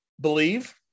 believe